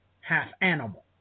half-animal